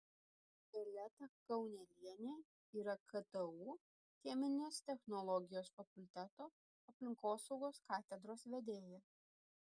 violeta kaunelienė yra ktu cheminės technologijos fakulteto aplinkosaugos katedros vedėja